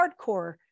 hardcore